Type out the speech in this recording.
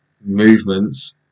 movements